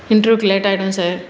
இன்டர்வியூக்கு லேட் ஆகிடும் சார்